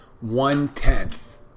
one-tenth